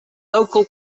local